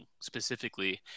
specifically